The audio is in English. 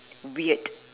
weird